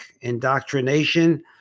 Indoctrination